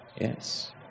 Yes